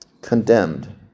Condemned